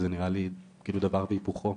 זה נראה לי דבר והיפוכו,